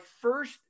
first